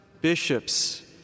bishops